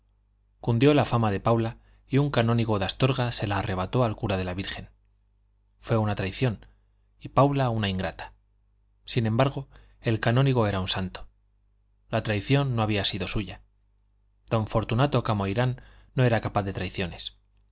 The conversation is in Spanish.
cundió la fama de paula y un canónigo de astorga se la arrebató al cura de la virgen fue una traición y paula una ingrata sin embargo el canónigo era un santo la traición no había sido suya don fortunato camoirán no era capaz de traiciones